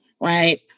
right